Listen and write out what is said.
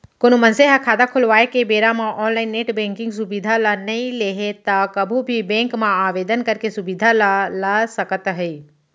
कोनो मनसे ह खाता खोलवाए के बेरा म ऑनलाइन नेट बेंकिंग सुबिधा ल नइ लेहे त कभू भी बेंक म आवेदन करके सुबिधा ल ल सकत हे